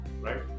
right